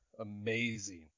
amazing